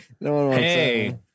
Hey